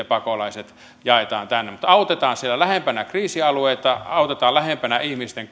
pakolaiset jaetaan tänne mutta autetaan siellä lähempänä kriisialueita autetaan lähempänä ihmisten